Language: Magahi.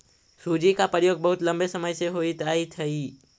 सूजी का प्रयोग बहुत लंबे समय से होइत आयित हई